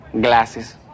glasses